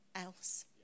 else